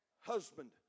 Husband